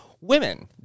Women